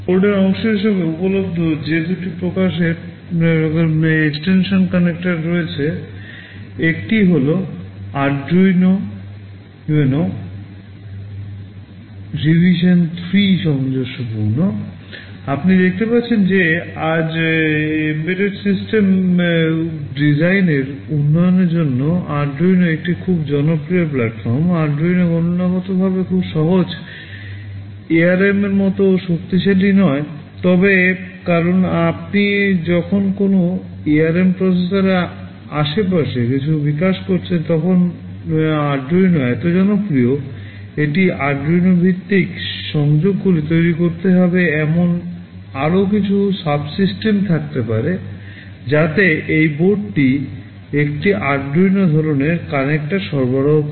এবং বোর্ডের অংশ হিসাবে উপলব্ধ যে দুটি প্রকারের এক্সটেনশন সংযোজক সরবরাহ করে